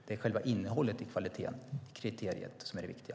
Det är själva innehållet i kvalitetskriteriet som är det viktiga.